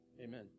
Amen